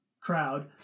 crowd